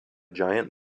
giant